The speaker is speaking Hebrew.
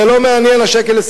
זה לא מעניין 1.27 שקל.